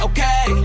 Okay